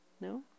No